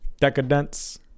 Decadence